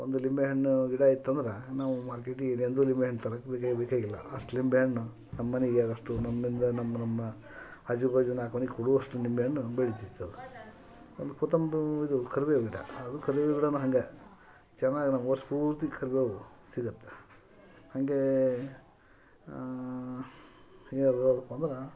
ಒಂದು ನಿಂಬೇ ಹಣ್ಣು ಗಿಡ ಇತ್ತಂದ್ರೆ ನಾವು ಮಾರ್ಕೆಟಿಗೆ ಇನ್ನೆಂದೂ ನಿಂಬೇ ಹಣ್ಣು ತರೋಕ್ ಬೇಕಾಗಿಲ್ಲ ಅಷ್ಟು ನಿಂಬೇ ಹಣ್ಣು ನಮ್ಮಮನೆಗ್ ಆಗೋಷ್ಟು ನಮ್ಮಿಂದ ನಮ್ಮ ನಮ್ಮ ಆಜು ಬಾಜು ನಾಲ್ಕು ಮನೆಗ್ ಕೊಡುವಷ್ಟು ನಿಂಬೇ ಹಣ್ಣು ಬೆಳೀತಿತ್ತು ಅದು ಒಂದು ಕೊತಂಬ್ರಿ ಇದು ಕರಿಬೇವು ಗಿಡ ಅದು ಕರಿಬೇವು ಗಿಡನ ಹಾಗೆ ಚೆನ್ನಾಗ್ ನಮ್ಗೆ ವರ್ಷ ಪೂರ್ತಿ ಕರಿಬೇವು ಸಿಗುತ್ತೆ ಹಾಗೇ ಯಾವುಯಾವವ್ದಪ್ಪ ಅಂದ್ರೆ